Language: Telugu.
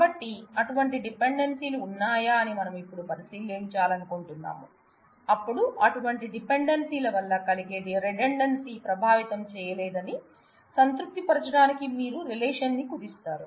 కాబట్టి అటువంటి డిపెండెన్సీలు ఉన్నాయా అని మనం ఇప్పుడు పరిశీలించాలనుకుంటున్నాము అప్పుడు అటువంటి డిపెండెన్సీల వల్ల కలిగే రిడెండెన్సీ ప్రభావితం చేయలేదని సంతృప్తి పరచడానికి మీరు రిలేషన్ న్ని కుదిస్తారు